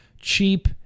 cheap